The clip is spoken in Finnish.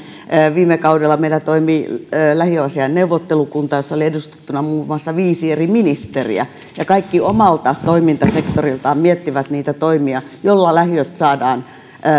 viime kaudella meillä toimi lähiöasiain neuvottelukunta jossa oli edustettuna muun muassa viisi eri ministeriä ja kaikki omilla toimintasektoreillaan miettivät niitä toimia joilla lähiöt saadaan